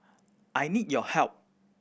I need your help